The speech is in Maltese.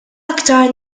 iktar